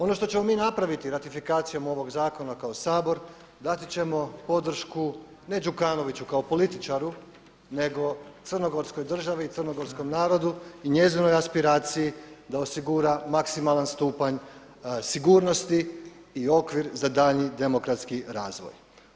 Ono što ćemo mi napraviti ratifikacijom ovog zakona kao Sabor dati ćemo podršku ne Đukanoviću kao političaru nego crnogorskoj državi i crnogorskom narodu i njezinoj aspiraciji da osigura maksimalan stupanj sigurnosti i okvir za daljnji demokratski razvoj.